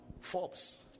Forbes